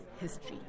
history